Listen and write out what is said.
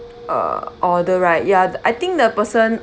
uh order right ya I think the person